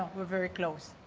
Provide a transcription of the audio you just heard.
we're very close.